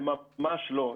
זה ממש לא.